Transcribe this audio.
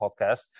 podcast